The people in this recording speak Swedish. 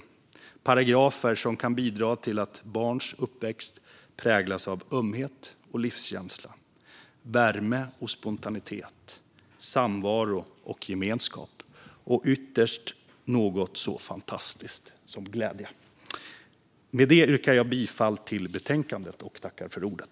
Det är paragrafer som kan bidra till att barns uppväxt präglas av ömhet och livskänsla, värme och spontanitet, samvaro och gemenskap och ytterst något så fantastiskt som glädje. Med det yrkar jag bifall till utskottets förslag i betänkandet.